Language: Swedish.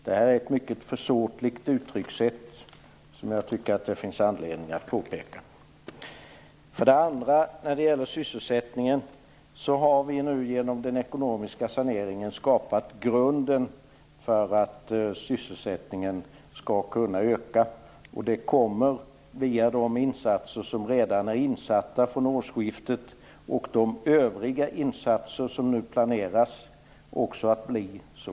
Det är ett mycket försåtligt uttryckssätt, vilket jag tycker att det finns anledning att påpeka. När det gäller sysselsättningen har vi genom den ekonomiska saneringen nu skapat grunden för att sysselsättningen skall kunna öka. Genom de insatser som redan har gjorts sedan årsskiftet och de övriga insatser som nu planeras kommer det också att bli så.